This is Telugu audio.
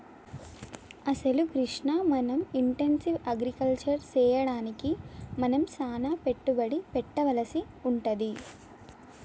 అసలు కృష్ణ మనం ఇంటెన్సివ్ అగ్రికల్చర్ సెయ్యడానికి మనం సానా పెట్టుబడి పెట్టవలసి వుంటది